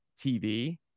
tv